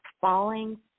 falling